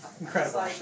incredible